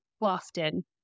often